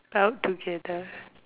out together